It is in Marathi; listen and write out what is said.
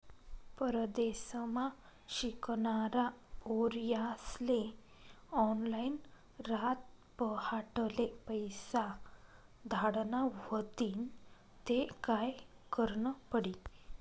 परदेसमा शिकनारा पोर्यास्ले ऑनलाईन रातपहाटले पैसा धाडना व्हतीन ते काय करनं पडी